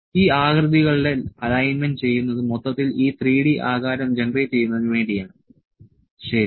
ഈ ആകൃതികളുടെ അലൈൻമെന്റ് ചെയ്യുന്നത് മൊത്തത്തിൽ ഈ 3D ആകാരം ജനറേറ്റ് ചെയ്യുന്നതിന് വേണ്ടി ആണ് ശരി